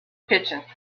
pitching